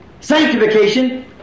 sanctification